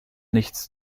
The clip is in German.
nichts